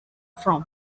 from